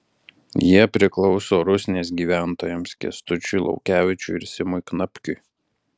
jie priklauso rusnės gyventojams kęstučiui laukevičiui ir simui knapkiui